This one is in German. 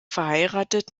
verheiratet